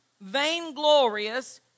vainglorious